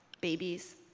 babies